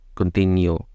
continue